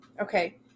Okay